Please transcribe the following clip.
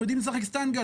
הם יודעים לשחק סטנגה,